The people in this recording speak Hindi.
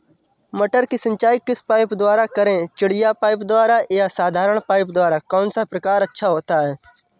मटर की सिंचाई किस पाइप द्वारा करें चिड़िया पाइप द्वारा या साधारण पाइप द्वारा कौन सा प्रकार अच्छा होता है?